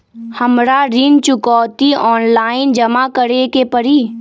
हमरा ऋण चुकौती ऑनलाइन जमा करे के परी?